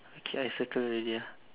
okay I circle already ah